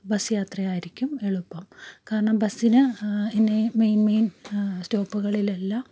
bus യാത്രയായിരിക്കും എളുപ്പം കാരണം ബസ്സിന് ഇന്ന മെയിൻ മെയിൻ സ്റ്റോപ്പുകളിലെല്ലാം